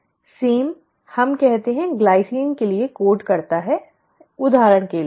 वही हम कहते हैं ग्लाइसिन के लिए इस कोड करता है उदाहरण के लिए